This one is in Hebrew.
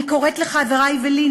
אני קוראת לחברי ולי,